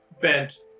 bent